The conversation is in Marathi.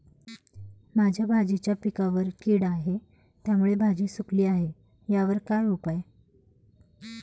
माझ्या भाजीच्या पिकावर कीड आहे त्यामुळे भाजी सुकली आहे यावर काय उपाय?